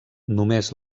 només